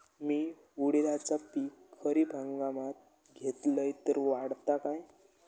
मी उडीदाचा पीक खरीप हंगामात घेतलय तर वाढात काय?